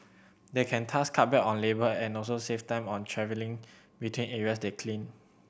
they can thus cut back on labour and also save time on travelling between areas they clean